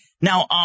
Now